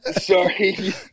sorry